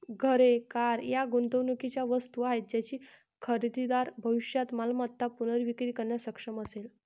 घरे, कार या गुंतवणुकीच्या वस्तू आहेत ज्याची खरेदीदार भविष्यात मालमत्ता पुनर्विक्री करण्यास सक्षम असेल